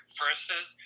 versus